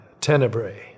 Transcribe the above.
tenebrae